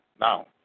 Now